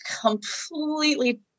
completely